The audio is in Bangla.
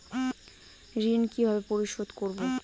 ঋণ কিভাবে পরিশোধ করব?